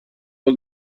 all